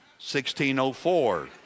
1604